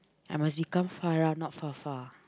I must become Farah not far far